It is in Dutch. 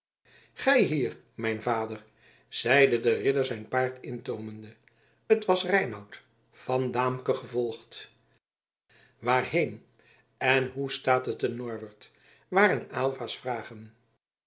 gij hier mijn vader zeide de ridder zijn paard intoomende het was reinout van daamke gevolgd waarheen en hoe staat het te norwert waren aylva's vragen